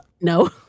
No